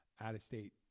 out-of-state